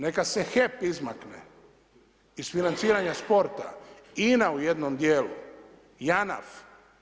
Neka se HEP izmakne iz financiranja sporta INA u jednom dijelu, JANAF.